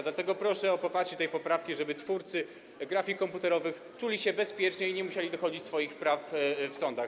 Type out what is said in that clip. Dlatego proszę o poparcie tej poprawki, tak żeby twórcy grafik komputerowych czuli się bezpieczniej i nie musieli dochodzić swoich praw w sądach.